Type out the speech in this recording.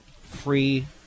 free